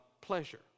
pleasure